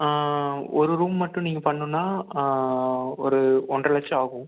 ஒரு ரூம் மட்டும் நீங்கள் பண்ணணுன்னா ஒரு ஒன்றரை லட்சம் ஆகும்